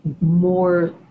more